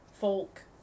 folk